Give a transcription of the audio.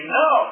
no